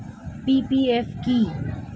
PPF কি?